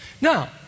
Now